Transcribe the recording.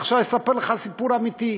עכשיו אספר לך סיפור אמיתי.